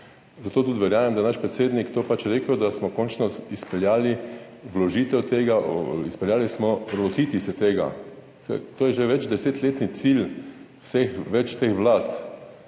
Zato tudi verjamem, da je naš predsednik rekel to, da smo končno izpeljali vložitev tega, izpeljali smo lotiti se tega, saj to je že večdesetletni cilj več vlad.